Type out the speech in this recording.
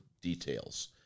details